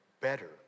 better